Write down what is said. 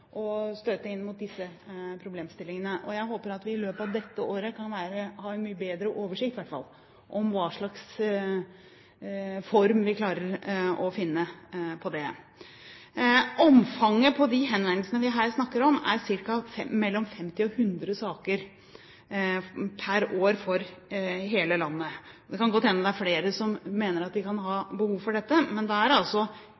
inn mot disse problemstillingene. Jeg håper at vi i løpet av dette året kan ha en mye bedre oversikt i hvert fall over hva slags form vi klarer å finne på det. Omfanget på de henvendelsene vi her snakker om, er mellom ca. 50 og 100 saker per år for hele landet. Det kan godt hende det er flere som mener at de kan